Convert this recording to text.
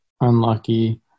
unlucky